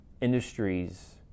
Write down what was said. industries